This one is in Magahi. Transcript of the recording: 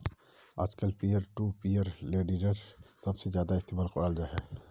आजकल पियर टू पियर लेंडिंगेर सबसे ज्यादा इस्तेमाल कराल जाहा